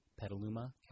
Petaluma